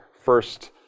first